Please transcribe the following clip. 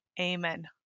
amen